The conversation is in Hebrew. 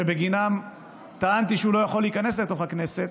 שבגינם טענתי שהוא לא יכול להיכנס לתוך הכנסת,